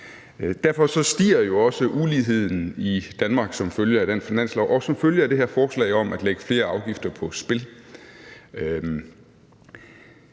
Derfor stiger jo også uligheden i Danmark som følge af den finanslov og som følge af det her forslag om at lægge flere afgifter på spil.